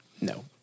No